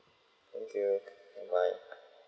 thank you bye bye